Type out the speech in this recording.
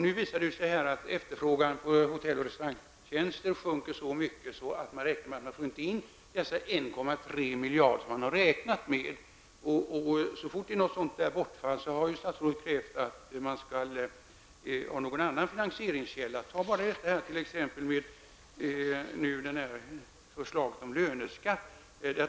Nu visar det sig att efterfrågan på hotell och restaurangtjänster sjunker så mycket att man räknar med att man inte får in de 1,3 miljarder som man hade kalkylerat med. Så fort det uppstått något sådant bortfall har ju statsrådet krävt att man skall ha någon annan finansieringskälla. Ta bara förslaget om löneskatt!